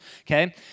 okay